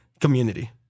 community